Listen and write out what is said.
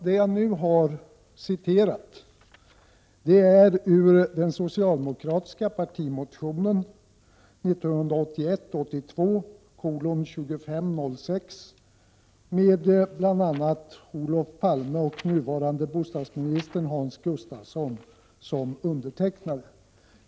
Det jag nu har citerat är ur den socialdemokratiska partimotionen 1981/82:2506 med bl.a. Olof Palme och nuvarande bostadsministern Hans Gustafsson som undertecknare.